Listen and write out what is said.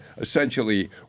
essentially